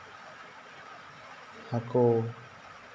ᱦᱟᱹᱠᱳ